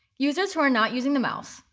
users who are not using the mouse,